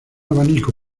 abanico